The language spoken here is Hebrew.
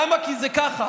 למה לא הקראת איתם?